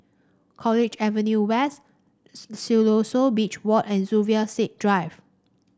College Avenue West Siloso Beach Walk and Zubir Said Drive